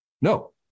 No